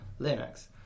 Linux